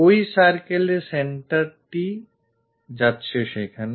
ওই circleএর centreটি যাচ্ছে সেখানে